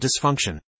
dysfunction